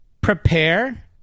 Prepare